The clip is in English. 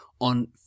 on